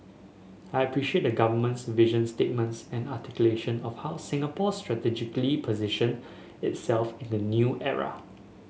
I appreciate the Government's vision statements and articulation of how Singapore should strategically position itself in the new era